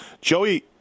Joey